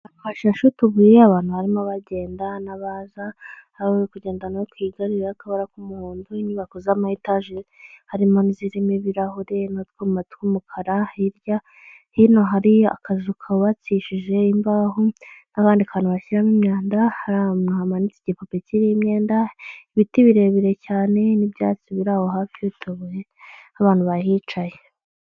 Ahantu hashashe utubuye, abantu barimo bagenda n'abaza, hari uri kugenda no ku igare ririho akabara k'umuhondo, inyubako z'ama etaje, harimo n'izirimo ibirahure n'utwuma tw'umukara hirya, hino hari akazu kubakishije imbaho n'akandi kantu bashyiramo imyanda, hari ahantu hamanitse igipupe kiriho imyenda, ibiti birebire cyane n'ibyatsi biraho hafi y'utubuye, n'abantu bahicaye.